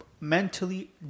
mentally